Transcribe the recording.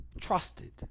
trusted